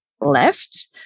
left